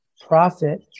profit